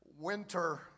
winter